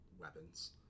weapons